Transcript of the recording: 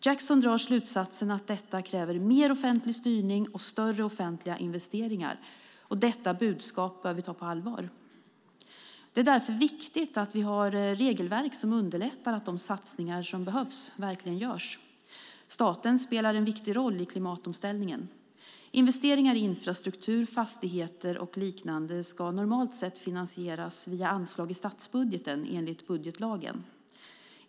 Jackson drar slutsatsen att detta kräver mer offentlig styrning och större offentliga investeringar. Detta budskap bör vi ta på allvar. Det är därför viktigt att vi har regelverk som underlättar att de satsningar som behövs verkligen görs. Staten spelar en viktig roll i klimatomställningen. Investeringar i infrastruktur, fastigheter och liknande ska normalt sett finansieras via anslag i statsbudgeten, enligt budgetlagen.